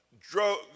drove